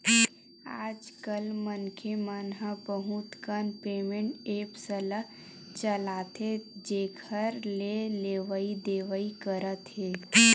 आजकल मनखे मन ह बहुत कन पेमेंट ऐप्स ल चलाथे जेखर ले लेवइ देवइ करत हे